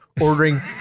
ordering